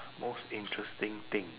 most interesting thing